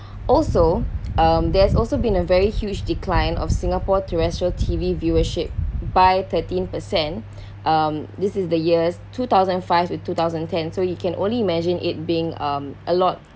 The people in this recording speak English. also um there's also been a very huge decline of singapore terrestrial T_V viewership by thirteen percent um this is the years two thousand five with two thousand ten so you can only imagine it being um a lot